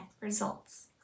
results